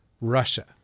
Russia